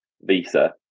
Visa